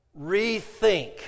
rethink